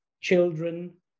children